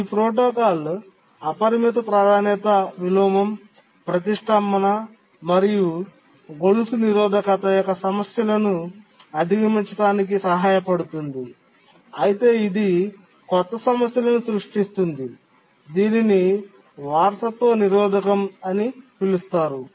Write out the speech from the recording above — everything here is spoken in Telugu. ఈ ప్రోటోకాల్ అపరిమిత ప్రాధాన్యత విలోమం ప్రతిష్ఠంభన మరియు గొలుసు నిరోధకత యొక్క సమస్యలను అధిగమించడానికి సహాయపడుతుంది అయితే ఇది కొత్త సమస్యను సృష్టిస్తుంది దీనిని వారసత్వ నిరోధకం అని పిలుస్తారు